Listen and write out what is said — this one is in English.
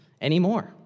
anymore